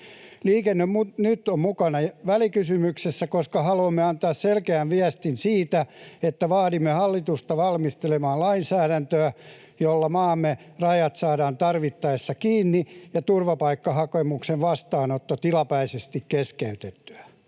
Liike Nyt on mukana välikysymyksessä, koska haluamme antaa selkeän viestin siitä, että vaadimme hallitusta valmistelemaan lainsäädäntöä, jolla maamme rajat saadaan tarvittaessa kiinni ja turvapaikkahakemusten vastaanotto tilapäisesti keskeytettyä.